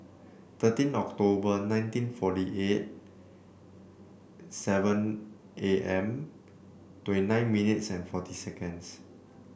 thirteen October nineteen forty eight seven A M twenty nine minutes and forty seconds